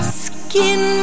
skin